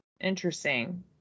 Interesting